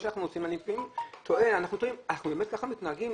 אנחנו באמת כך מתנהגים?